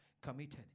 committed